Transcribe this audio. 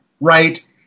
Right